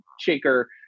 shaker